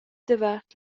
davart